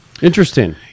Interesting